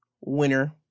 winner